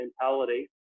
mentality